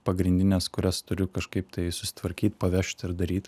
pagrindinės kurias turiu kažkaip tai susitvarkyt pavežt ir daryt